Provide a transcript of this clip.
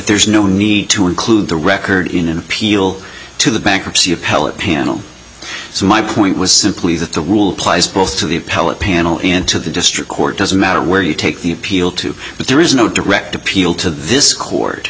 there's no need to include the record in an appeal to the bankruptcy appellate panel so my point was simply that the rule applies both to the appellate panel and to the district court doesn't matter where you take the appeal to but there is no direct appeal to this court